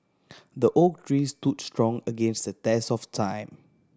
the oak tree stood strong against the test of time